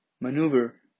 Maneuver